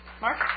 Mark